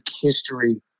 history